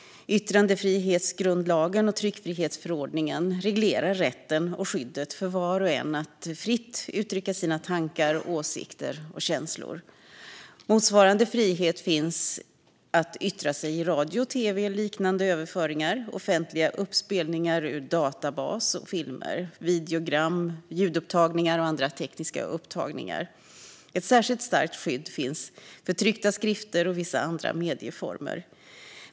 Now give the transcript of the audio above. Yttrandefrihetsgrundlagen och tryckfrihetsförordningen reglerar rätten och skyddet för var och en att fritt uttrycka sina tankar, åsikter och känslor. Motsvarande frihet finns att yttra sig i radio, tv eller liknande överföringar, offentliga uppspelningar ur en databas, filmer, videogram, ljudupptagningar och andra tekniska upptagningar. Ett särskilt starkt skydd finns för tryckta skrifter och vissa andra medieformer.